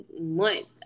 month